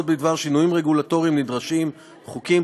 בדבר שינויים רגולטוריים נדרשים (חוקים,